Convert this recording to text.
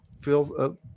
feels